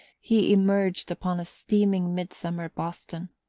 he emerged upon a steaming midsummer boston.